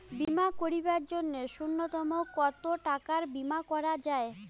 বীমা করিবার জন্য নূন্যতম কতো টাকার বীমা করা যায়?